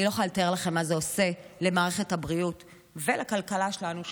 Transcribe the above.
אני לא יכולה לתאר לכם מה זה עושה למערכת הבריאות ולכלכלה שלנו.